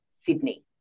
Sydney